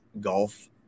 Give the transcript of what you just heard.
golf